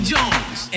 Jones